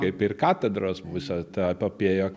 kaip ir katedros visa ta epopėja